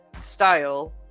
style